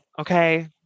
Okay